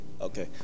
Okay